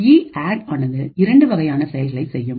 இஅட்ஆனது இரண்டு வகையான செயல்களை செய்யும்